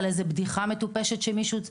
או על בדיחה מטופשת שמישהו מספר.